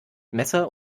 messer